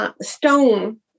Stone